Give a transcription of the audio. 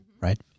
right